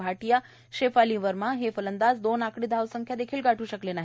भा िया शेफाली वर्मा हे फलंदाज दोन आकडी धावसंख्या देखील गाठ् शकले नाही